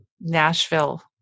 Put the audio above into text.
Nashville